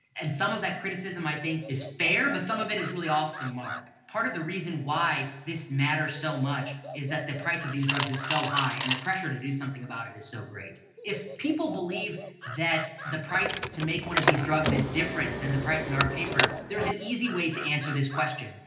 and some of that criticism i think is fair but some of it is really off the mark. part of the reason why this matters so much is that the price of these drugs is so high and the pressure to do something about it is so great. if people believe that the price to make one of these drugs is different than the price in our paper, there is an easy way to answer this question.